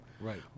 right